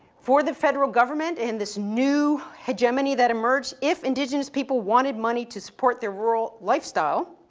for the federal government and this new hegemony that emerged, if indigenous people wanted money to support their rural lifestyle,